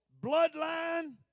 bloodline